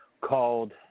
called